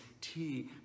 tea